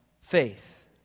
faith